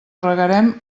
regarem